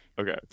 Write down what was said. Okay